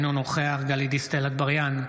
אינו נוכח גלית דיסטל אטבריאן,